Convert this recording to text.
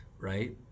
right